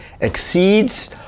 exceeds